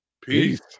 Peace